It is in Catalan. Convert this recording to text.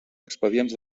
expedients